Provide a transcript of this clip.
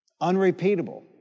Unrepeatable